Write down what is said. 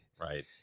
Right